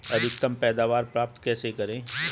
अधिकतम पैदावार प्राप्त कैसे करें?